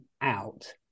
out